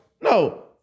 No